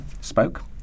spoke